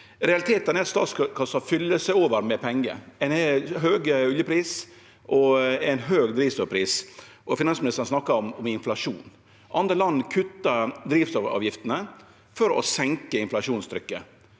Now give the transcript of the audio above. Realitetane er at statskassa vert overfylt med pengar. Ein har høg oljepris og høg drivstoffpris. Finansministeren snakkar om inflasjon. Andre land kuttar drivstoffavgiftene for å senke inflasjonstrykket.